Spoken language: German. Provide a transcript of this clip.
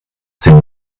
sind